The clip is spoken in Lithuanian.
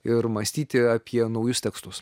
ir mąstyti apie naujus tekstus